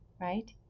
right